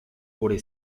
por